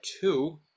two